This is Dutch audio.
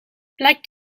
black